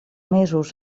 mesos